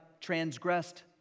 transgressed